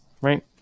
Right